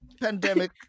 pandemic